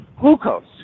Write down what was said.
glucose